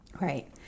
Right